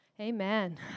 Amen